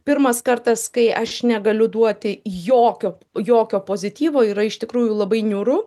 pirmas kartas kai aš negaliu duoti jokio jokio pozityvo yra iš tikrųjų labai niūru